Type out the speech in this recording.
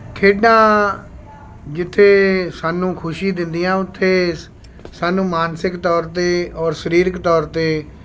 ਖੇਡਾਂ ਜਿੱਥੇ ਸਾਨੂੰ ਖੁਸ਼ੀ ਦਿੰਦੀਆਂ ਉੱਥੇ ਸਾਨੂੰ ਮਾਨਸਿਕ ਤੌਰ 'ਤੇ ਔਰ ਸਰੀਰਕ ਤੌਰ 'ਤੇ